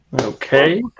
Okay